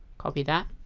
copy that